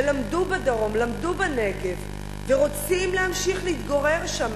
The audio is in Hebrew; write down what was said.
שלמדו בדרום, למדו בנגב ורוצים להמשיך להתגורר שם.